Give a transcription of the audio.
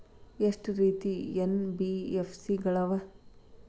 ಎಷ್ಟ ರೇತಿ ಎನ್.ಬಿ.ಎಫ್.ಸಿ ಗಳ ಅವ?